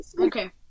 Okay